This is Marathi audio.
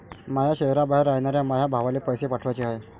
माया शैहराबाहेर रायनाऱ्या माया भावाला पैसे पाठवाचे हाय